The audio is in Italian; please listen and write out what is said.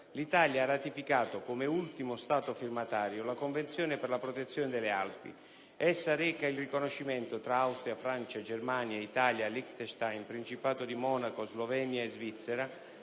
l'Italia ha ratificato, come ultimo Stato firmatario, la Convenzione per la protezione delle Alpi. Essa reca il riconoscimento, tra Austria, Francia, Germania, Italia, Liechtenstein, Principato di Monaco, Slovenia e Svizzera,